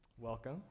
welcome